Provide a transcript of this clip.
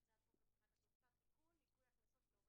הנושא הוא: הצעת חוק הבטחת הכנסה (תיקון ניכוי הכנסות להורה